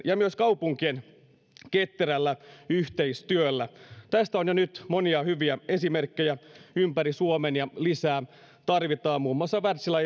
ja myös kaupunkien ketterällä yhteistyöllä tästä on jo nyt monia hyviä esimerkkejä ympäri suomen ja lisää tarvitaan muun muassa wärtsilä